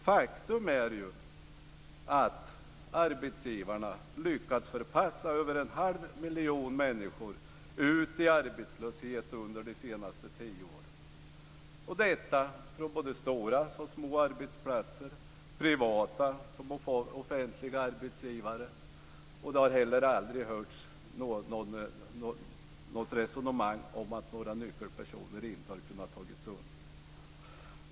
Faktum är att arbetsgivarna lyckats förpassa över en halv miljon människor ut i arbetslöshet under de senaste tio åren. Detta gäller både stora och små arbetsplatser och privata och offentliga arbetsgivare. Det har heller aldrig hörts något resonemang om att nyckelpersoner inte har kunnat tas undan.